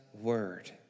word